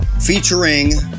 featuring